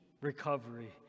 recovery